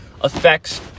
affects